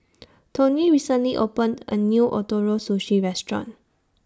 Toney recently opened A New Ootoro Sushi Restaurant